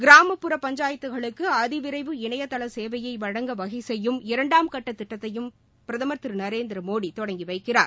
கிராமப்புற பஞ்சாயத்துக்களுக்கு அதிவிரைவு இணையதள சேவையை வழங்க வகை செய்யும் இரண்டாம் கட்ட திட்டத்தையும் திரு நரேந்திரமோடி தொடங்கி வைக்கிறார்